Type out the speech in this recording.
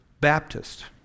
Baptist